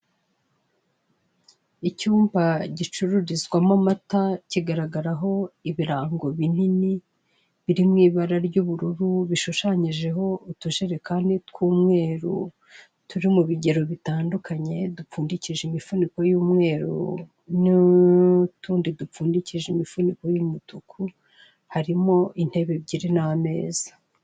Icyumba gicururizwamo amata kigaragaraho ibirango binini, biri mu ibara ry'ubururu bishushanyijeho utujerekani tw'umweru, turi mu bugero bitandukanye, dupfundikije imifuniko y'umweru n'utundi dupfundikije imifuniko y'umutuku harimo intebe ebyiri n'ameza.